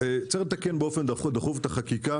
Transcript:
צריך לתקן באופן דחוף את החקיקה